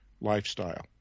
lifestyle